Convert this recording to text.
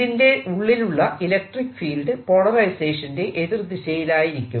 ഇതിന്റെ ഉള്ളിലുള്ള electric field പോളറൈസേഷന്റെ എതിർ ദിശയിലായിരിക്കും